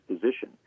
position